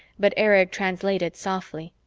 but erich translated softly.